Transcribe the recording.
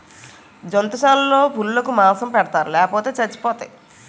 జంతుశాలలో పులులకు మాంసం పెడతారు లేపోతే సచ్చిపోతాయి